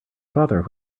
father